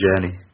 journey